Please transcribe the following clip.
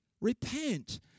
Repent